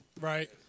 Right